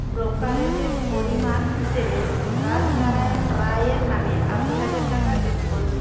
ব্রোকারেজের পরিমাণ হিসেবে রাজনারায়ণ রায়ের নামে আশি হাজার টাকা যোগ করুন